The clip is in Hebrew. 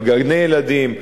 על גני-ילדים,